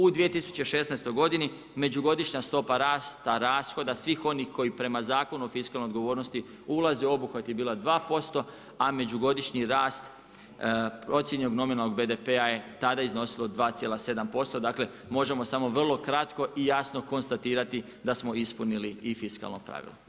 U 206. godini međugodišnja stopa rasta rashoda svim onih koji prema Zakonu o fiskalnoj odgovornosti ulaze u obuhvati je bila 2%,a međugodišnji rast procijenjenog nominalnog BDP-a je tada iznosilo 2,7%, dakle, možemo samo vrlo kratko i jasno konstatirati da smo ispunili i fiskalno pravilo.